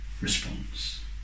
response